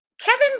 Kevin